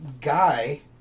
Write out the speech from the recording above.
guy